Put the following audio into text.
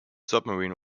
submarine